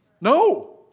No